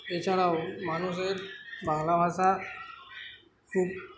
এছাড়াও মানুষের বাংলা ভাষা খুব